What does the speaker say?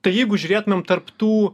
tai jeigu žiūrėtumėm tarp tų